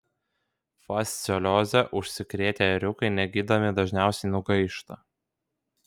fasciolioze užsikrėtę ėriukai negydomi dažniausiai nugaišta